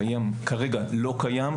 כרגע זה לא קיים.